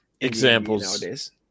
Examples